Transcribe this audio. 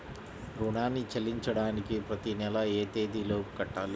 రుణాన్ని చెల్లించడానికి ప్రతి నెల ఏ తేదీ లోపు కట్టాలి?